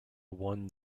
won